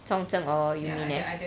zhong zheng or uni~